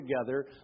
together